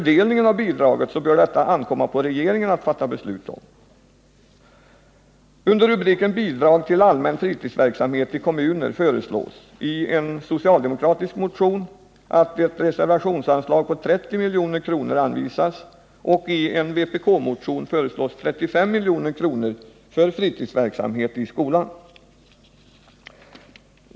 Det bör ankomma på regeringen att fatta beslut om fördelningen av bidraget.